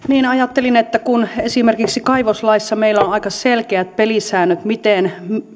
niin ajattelin että kun esimerkiksi kaivoslaissa meillä on on aika selkeät pelisäännöt miten